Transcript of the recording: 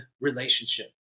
relationship